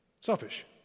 Selfish